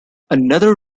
another